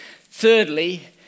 Thirdly